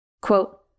Quote